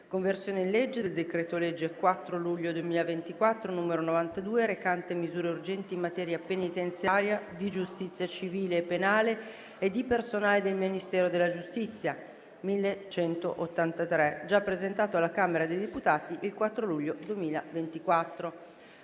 «Conversione in legge del decreto-legge 4 luglio 2024, n. 92, recante misure urgenti in materia penitenziaria, di giustizia civile e penale e di personale del Ministero della giustizia (1183)», già presentato alla Camera dei deputati il 4 luglio 2024.